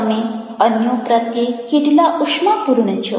તમે અન્યો પ્રત્યે કેટલા ઉષ્માપૂર્ણ છો